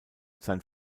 sein